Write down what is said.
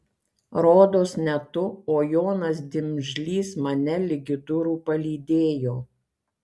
rodos ne tu o jonas dimžlys mane ligi durų palydėjo